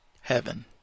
heaven